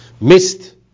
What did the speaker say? missed